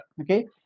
okay